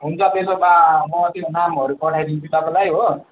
हुन्छ त्यसो भए म त्यो नामहरू पठाइदिन्छु तपाईँलाई हो